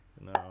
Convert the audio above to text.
no